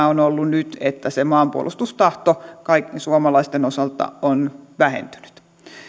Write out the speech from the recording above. on ollut nyt että maanpuolustustahto kaikkien suomalaisten osalta on vähentynyt